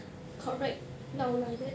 correct now like that